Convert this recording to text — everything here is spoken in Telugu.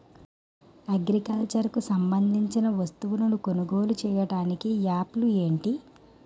అగ్రికల్చర్ కు సంబందించిన వస్తువులను కొనుగోలు చేయటానికి యాప్లు ఏంటి?